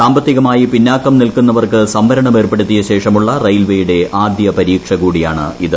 സാമ്പത്തികമായി പിന്നാക്കം നിൽക്കുന്നവർക്കു് സംവരണം ഏർപ്പെടുത്തിയ ശേഷമുളള റെയിൽവേയൂളട്ട് പൂആദ്യ പരീക്ഷ കൂടിയാണ് ഇത്